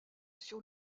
sur